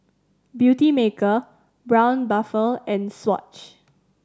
Beautymaker Braun Buffel and Swatch